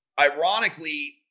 ironically